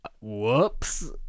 whoops